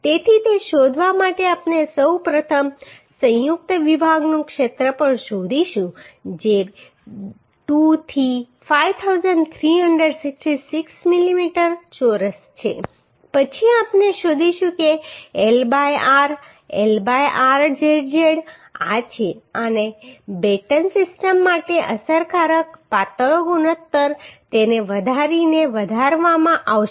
તેથી તે શોધવા માટે આપણે સૌપ્રથમ સંયુક્ત વિભાગનું ક્ષેત્રફળ શોધીશું જે 2 થી 5366 મિલીમીટર ચોરસ છે પછી આપણે શોધીશું કે L by r L by r zz આ છે અને બેટન સિસ્ટમ માટે અસરકારક પાતળો ગુણોત્તર તેને વધારીને વધારવામાં આવશે